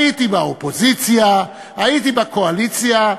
הייתי באופוזיציה, הייתי בקואליציה,